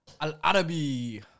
Al-Arabi